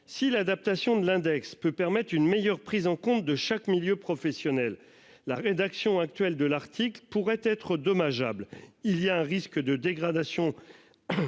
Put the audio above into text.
Si l'adaptation de l'index peut permettre une meilleure prise en compte de chaque milieu professionnel la rédaction actuelle de l'Arctique pourrait être dommageable. Il y a un risque de dégradation.